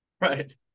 Right